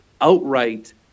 outright